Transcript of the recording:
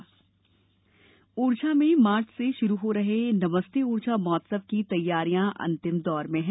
नमस्ते ओरछा ओरछा में मार्च से शुरू हो रहे नमस्ते ओरछा महोत्सव की तैयारियां अंतिम दौर में हैं